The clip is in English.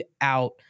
out